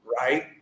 right